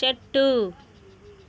అబ్బో